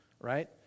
right